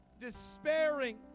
despairing